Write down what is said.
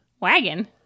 Wagon